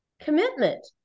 commitment